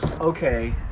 okay